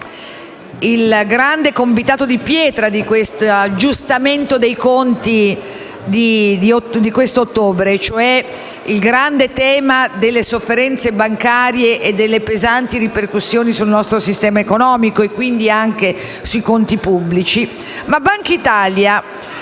il grande convitato di pietra di questo aggiustamento di conti di ottobre, cioè il grande tema delle sofferenze bancarie e delle pesanti ripercussioni sul nostro sistema economico e quindi anche sui conti pubblici